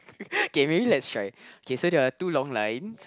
K maybe let's try okay so there are two long lines